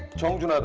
changjung? ah